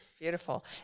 Beautiful